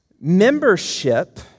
Membership